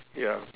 ya